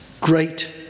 great